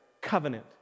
covenant